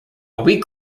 week